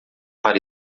para